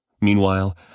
Meanwhile